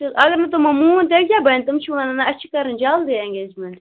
تہٕ اگر نہٕ تِمو مون تیٚلہِ کیٛاہ بَنہِ تِم چھِ وَنان نہَ اَسہِ چھِ کَرٕنۍ جلدی ایٚنگیجمٮ۪نٛٹ